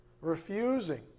refusing